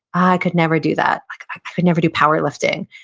i could never do that. i could never do powerlifting,